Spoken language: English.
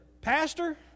Pastor